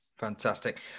Fantastic